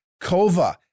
Kova